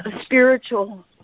spiritual